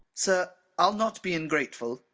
sir, i'll not be ingrateful.